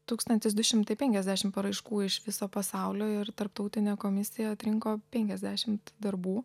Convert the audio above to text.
tūkstantis du šimtai penkiasdešim paraiškų iš viso pasaulio ir tarptautinė komisija atrinko penkiasdešimt darbų